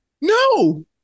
No